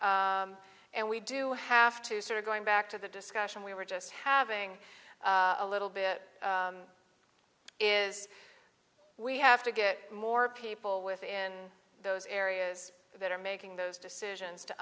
ing and we do have to sort of going back to the discussion we were just having a little bit is we have to get more people within those areas that are making those decisions to